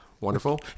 Wonderful